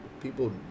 People